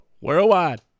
Worldwide